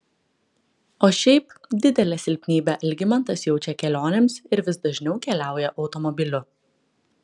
o šiaip didelę silpnybę algimantas jaučia kelionėms ir vis dažniau keliauja automobiliu